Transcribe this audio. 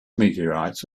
meteorites